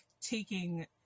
taking